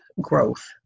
growth